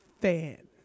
fan